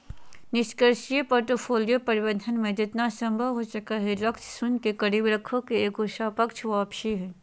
निष्क्रिय पोर्टफोलियो प्रबंधन मे जेतना संभव हो सको हय लक्ष्य शून्य के करीब रखे के एगो सापेक्ष वापसी हय